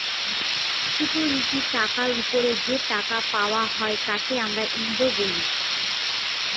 security টাকার ওপর যে টাকা পাওয়া হয় তাকে আমরা ইল্ড বলি